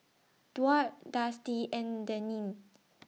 Duard Dusty and Denine